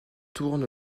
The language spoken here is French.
tourne